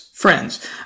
Friends